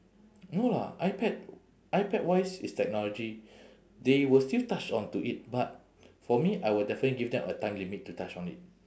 no lah ipad ipad-wise it's technology they will still touch onto it but for me I will definitely give them a time limit to touch on it